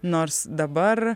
nors dabar